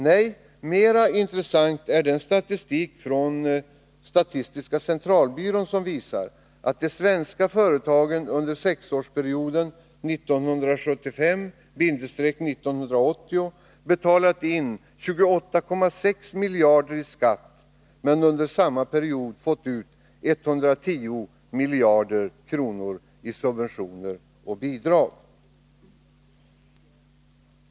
Nej, mera intressant är den statistik från statistiska centralbyrån som visar att de svenska företagen under sexårsperioden 1975-1980 betalat in 28,6 miljarder i skatt men under samma period fått ut 110 miljarder i subventioner och bidrag.